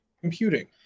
computing